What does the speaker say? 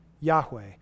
Yahweh